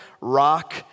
rock